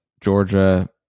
Georgia